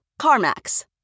CarMax